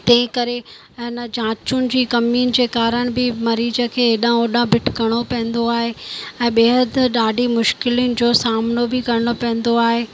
तंहिं करे इन जांचुनि जी कमियुनि जे कारणि बि मरीज खे हेॾा होॾा भिटिकणो पवंदो आहे ऐं बेहदि ॾाढी मुश्किलनि जो सामिनो बि करिणो पवंदो आहे